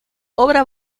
obra